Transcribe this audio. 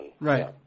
Right